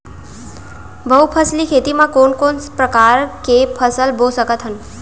बहुफसली खेती मा कोन कोन प्रकार के फसल बो सकत हन?